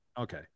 Okay